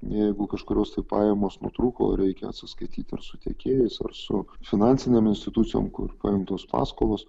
jeigu kažkurios tai pajamos nutrūko reikia atsiskaityt ir su tiekėjais ir su finansinėm institucijom kur paimtos paskolos